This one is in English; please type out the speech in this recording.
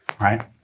right